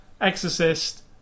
Exorcist